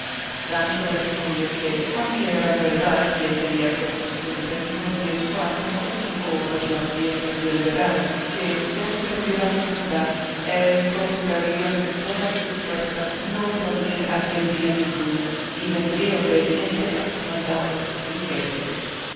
sancho respondió que aunque era verdad que tenía por costumbre dormir cuatro o cinco horas las siestas del verano que por servir a su bondad él procuraría con todas sus fuerzas no dormir aquel día ninguna y vendría obediente a su mandado y fuese